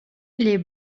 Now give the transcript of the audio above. les